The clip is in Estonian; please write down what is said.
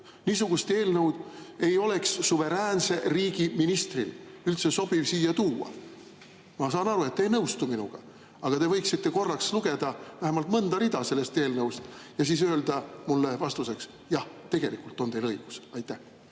Niisugust eelnõu ei oleks suveräänse riigi ministril üldse sobiv siia tuua. Ma saan aru, et te ei nõustu minuga, aga te võiksite korraks lugeda vähemalt mõnda rida sellest eelnõust ja siis öelda mulle vastuseks: "Jah, tegelikult on teil õigus." Aitäh!